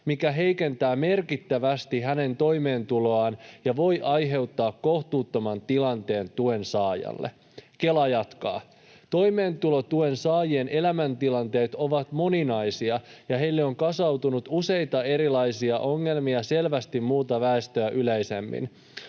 mikä heikentää merkittävästi hänen toimeentuloaan ja voi aiheuttaa kohtuuttoman tilanteen tuen saajalle.” Kela jatkaa: ”Toimeentulotuen saajien elämäntilanteet ovat moninaisia, ja heille on kasautunut useita erilaisia ongelmia selvästi muuta väestöä yleisemmin.